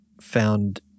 found